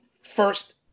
first